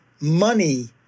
money